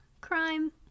crime